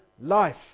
life